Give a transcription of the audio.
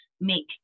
make